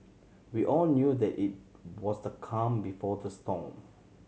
we all knew that it was the calm before the storm